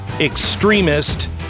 extremist